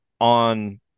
on